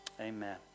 Amen